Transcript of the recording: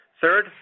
Third